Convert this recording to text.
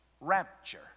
rapture